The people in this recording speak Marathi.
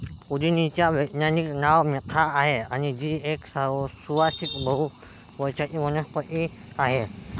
पुदिन्याचे वैज्ञानिक नाव मेंथा आहे, जी एक सुवासिक बहु वर्षाची वनस्पती आहे